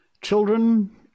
children